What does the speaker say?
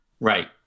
right